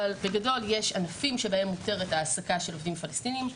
אבל בגדול יש ענפים שבהם מותרת העסקה של עובדים פלסטיניים.